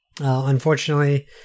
unfortunately